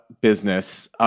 business